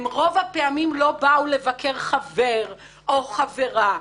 הם רוב הפעמים לא באו לבקר חבר או חברה,